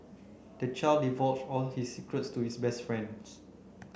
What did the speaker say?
the child divulged all his secrets to his best friend